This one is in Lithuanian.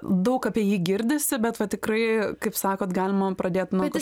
daug apie jį girdisi bet va tikrai kaip sakot galima pradėt nuo